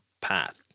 path